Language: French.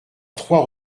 trois